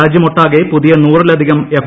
രാജ്യമൊട്ടാകെ പുതിയ നൂറിലധികം എഫ്